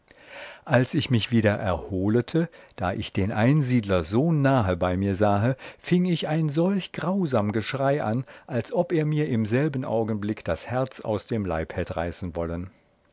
als ich mich wieder erholete da ich den einsiedler so nahe bei mir sahe fieng ich ein solch grausam geschrei an als ob er mir im selben augenblick das herz aus dem leib hätt reißen wollen